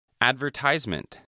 Advertisement